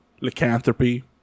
lycanthropy